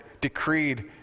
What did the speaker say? decreed